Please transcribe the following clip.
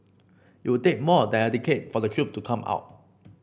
it would take more than a decade for the truth to come out